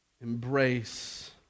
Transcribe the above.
embrace